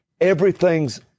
Everything's